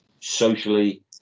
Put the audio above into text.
socially